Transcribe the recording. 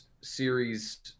series